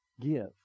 Give